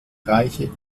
reiche